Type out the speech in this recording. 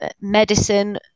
medicine